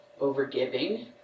overgiving